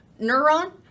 neuron